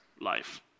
life